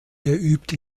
übt